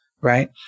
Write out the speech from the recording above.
right